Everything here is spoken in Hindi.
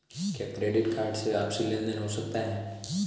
क्या क्रेडिट कार्ड से आपसी लेनदेन हो सकता है?